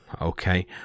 Okay